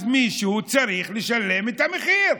אז מישהו צריך לשלם את המחיר.